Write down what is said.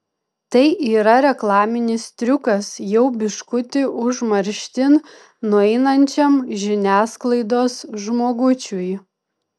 tai yra reklaminis triukas jau biškutį užmarštin nueinančiam žiniasklaidos žmogučiui